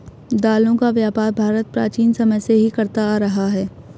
दालों का व्यापार भारत प्राचीन समय से ही करता आ रहा है